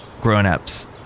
grownups